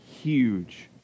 huge